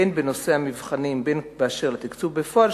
בין בנושא המבחנים ובין באשר לתקצוב בפועל,